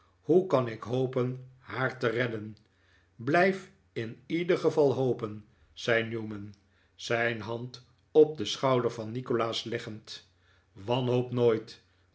hoe kan ik hopen haar te redden blijf in ieder geval hopen zei newman zijn hand op den schouder van nikolaas leggend wanhoop nooit